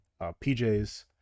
PJs